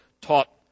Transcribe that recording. taught